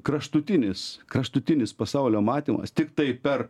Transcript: kraštutinis kraštutinis pasaulio matymas tiktai per